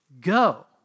go